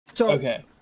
Okay